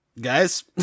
Guys